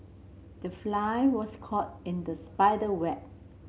the fly was caught in the spider web